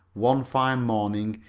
one fine morning,